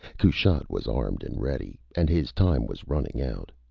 kushat was armed and ready and his time was running out.